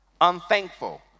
Unthankful